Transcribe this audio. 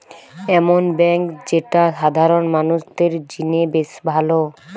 এমন বেঙ্ক যেটা সাধারণ মানুষদের জিনে বেশ ভালো